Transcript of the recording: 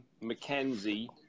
Mackenzie